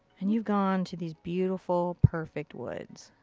and you've gone to these beautiful, perfect woods.